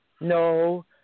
no